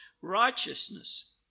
righteousness